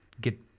get